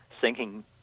sinking